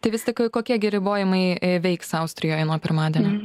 tai vis tik kokie gi ribojimai veiks austrijoje nuo pirmadienio